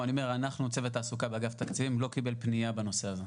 צוות התעסוקה באגף התקציבים לא קיבל פנייה בנושא הזה.